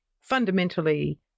fundamentally